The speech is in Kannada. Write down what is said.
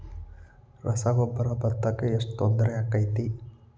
ರಸಗೊಬ್ಬರ, ಭತ್ತಕ್ಕ ಎಷ್ಟ ತೊಂದರೆ ಆಕ್ಕೆತಿ?